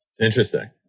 Interesting